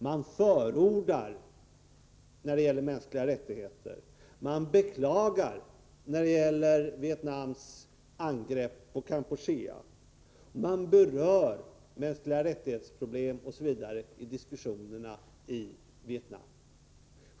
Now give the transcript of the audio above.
Man ”förordar” när det gäller mänskliga rättigheter, man ”beklagar” när det gäller Vietnams angrepp på Kampuchea, man ”berör” problem rörande mänskliga rättigheter, osv., i diskussionerna i Vietnam.